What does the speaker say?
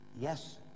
yes